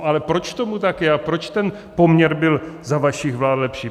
Ale proč tomu tak je a proč ten poměr byl za vašich vlád lepší?